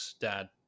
dad